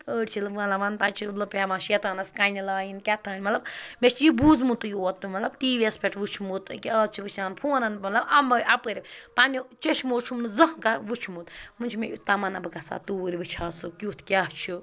أڑۍ چھِ وَنان تَتہِ چھِ پٮ۪وان شیطانَس کَنہِ لایِن کیٛاتھانۍ مطلب مےٚ چھِ یہِ بوٗزمُتٕے یوت مطلب ٹی وی یَس پٮ۪ٹھ وُچھمُت ایٚکیٛاہ آز چھِ وٕچھان فونَن مطلب اَمٕے اَپٲرۍ پنٛنیو چٔشمو چھُم نہٕ زانٛہہ وُچھمُت وۄنۍ چھِ مےٚ یُتھ تَمنا بہٕ گژھٕ ہا توٗرۍ وٕچھِ ہا سُہ کیُٚتھ کیٛاہ چھُ